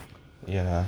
ya lah